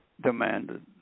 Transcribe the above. demanded